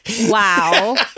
Wow